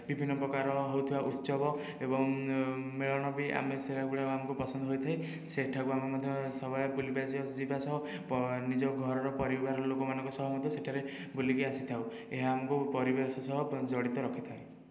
ବିଭିନ୍ନ ପ୍ରକାରର ହେଉଥିବା ଉତ୍ସବ ଏବଂ ମେଲଣ ବି ଆମେ ସେଗୁଡ଼ା ପସନ୍ଦ ହୋଇଥାଏ ସେଠାକୁ ଆମେ ମଧ୍ୟ ସବୁବେଳେ ବୁଲିବାକୁ ଯିବା ସହ ନିଜ ଘରର ପରିବାର ଲୋକମାନଙ୍କ ସହ ମଧ୍ୟ ସେଠାରେ ବୁଲିକି ଆସିଥାଉ ଏହା ଆମକୁ ପରିବେଶ ସହ ଜଡ଼ିତ ରଖିଥାଏ